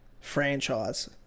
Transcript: franchise